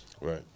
Right